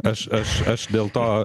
aš aš aš dėl to